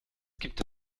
gibt